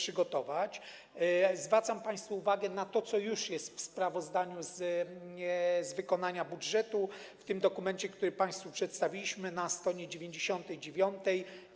Zwracam państwu uwagę na to, co już jest w sprawozdaniu z wykonania budżetu, w tym dokumencie, który państwu przedstawiliśmy, na str. 99.